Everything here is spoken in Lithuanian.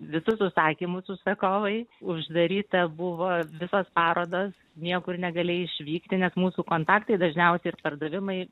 visus užsakymus užsakovai uždaryta buvo visos parodos niekur negalėjai išvykti nes mūsų kontaktai dažniausiai ir pardavimai